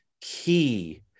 key